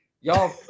Y'all